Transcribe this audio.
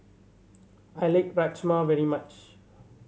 I lake Rajma very much